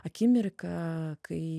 akimirką kai